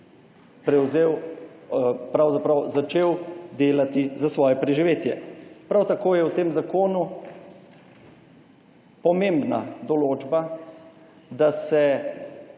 prevzel odgovornost in začel delati za svoje preživetje. Prav tako je v tem zakonu pomembna določba, da se